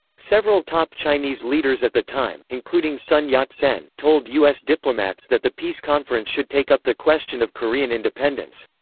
several top chinese leaders at the time, including sun yat-sen, told u s. diplomats that the peace conference should take up the question of korean independence.